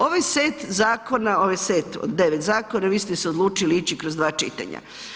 Ovaj set zakona, ovaj set od 9 zakona, vi ste se odlučili ići kroz 2 čitanja.